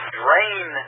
drain